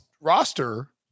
roster